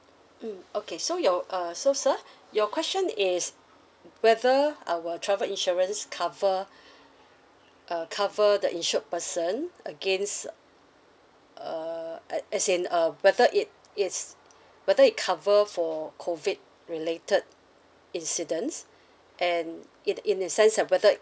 mm okay so your uh so sir your question is whether uh our travel insurance cover err cover the insured person against uh as in uh whether it is whether it cover for COVID related incidents and in in the sense separated